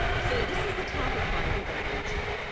so this is the topic find who that i mentioned.